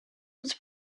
was